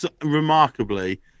Remarkably